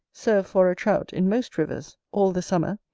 serve for a trout in most rivers, all the summer